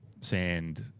sand